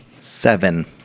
Seven